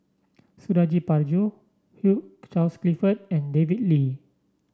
Suradi Parjo Hugh Charles Clifford and David Lee